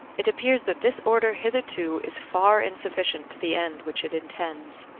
it appears that this order hitherto is far insufficient to the end which it intends.